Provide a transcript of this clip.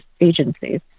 agencies